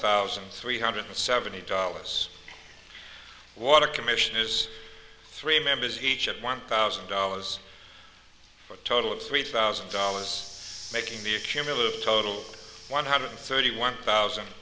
thousand three hundred seventy dollars water commission is three members each a one thousand dollars for a total of three thousand dollars making the cumulative total one hundred thirty one thousand